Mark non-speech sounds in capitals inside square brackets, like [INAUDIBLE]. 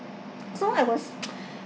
so I was [NOISE]